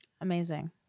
Amazing